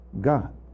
God